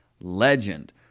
legend